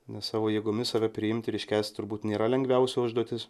nes savo jėgomis save priimt ir iškęst turbūt nėra lengviausia užduotis